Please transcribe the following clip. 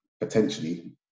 potentially